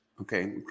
Okay